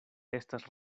estas